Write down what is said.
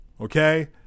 okay